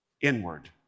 inward